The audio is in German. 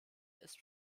ist